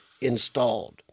installed